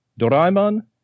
Doraemon